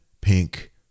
pink